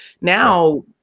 now